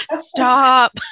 Stop